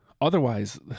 Otherwise